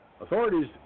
Authorities